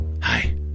Hi